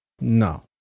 No